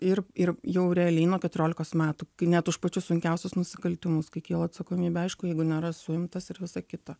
ir ir jau realiai nuo keturiolikos metų kai net už pačius sunkiausius nusikaltimus kai kyla atsakomybė aišku jeigu nėra suimtas ir visa kita